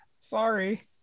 Sorry